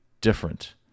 different